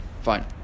fine